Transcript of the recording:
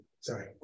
sorry